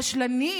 רשלני,